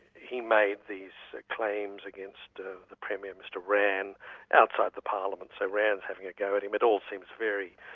he made these claims against the the premier, mr rann outside the parliament, so rann's having a go at him, it all seem very.